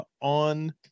on